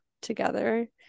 together